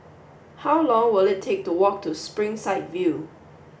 how long will it take to walk to Springside View